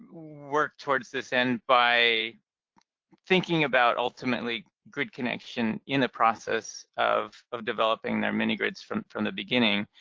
work towards this end by thinking about ultimately grid connection in the process of of developing their mini-grids from from the beginning.